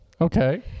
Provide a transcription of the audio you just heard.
Okay